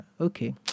okay